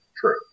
True